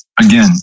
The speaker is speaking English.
again